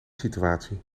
situatie